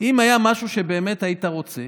אם היה משהו שבאמת היית רוצה